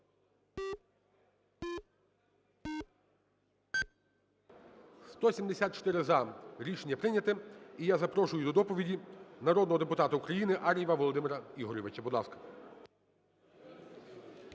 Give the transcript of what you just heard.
За-174 Рішення прийнято. І я запрошую до доповіді народного депутата України Ар'єва Володимира Ігоревича.